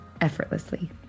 effortlessly